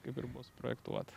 kaip ir buvo suprojektuota